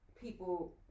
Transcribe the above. people